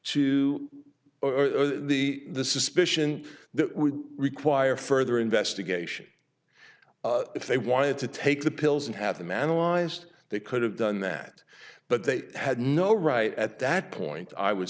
to the the suspicion that would require further investigation if they wanted to take the pills and have them analyzed they could have done that but they had no right at that point i would